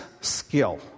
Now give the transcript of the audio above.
skill